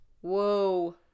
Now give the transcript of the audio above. whoa